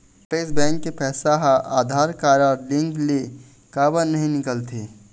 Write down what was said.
Apex bank के पैसा हा आधार कारड लिंक ले काबर नहीं निकले?